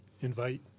invite